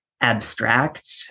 abstract